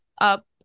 up